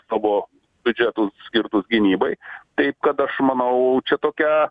savo biudžetus skirtus gynybai taip kad aš manau čia tokia